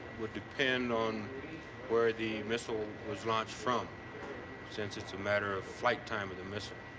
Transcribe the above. would depend on where the missile was launched from since it's a matter of flight time of the missile.